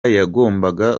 yagombaga